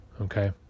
Okay